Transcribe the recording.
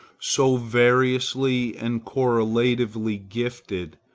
so variously and correlatively gifted,